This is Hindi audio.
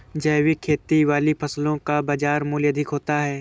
जैविक खेती वाली फसलों का बाजार मूल्य अधिक होता है